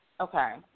Okay